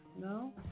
No